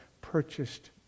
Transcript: purchased